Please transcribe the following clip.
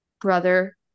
brother